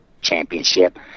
championship